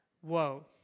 Whoa